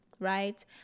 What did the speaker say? right